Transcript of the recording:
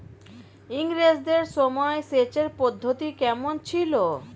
ইঙরেজদের সময় সেচের পদ্ধতি কমন ছিল?